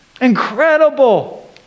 incredible